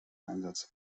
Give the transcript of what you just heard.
einsatz